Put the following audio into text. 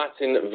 Latin